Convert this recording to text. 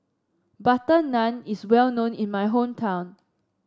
butter naan is well known in my hometown